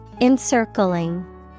Encircling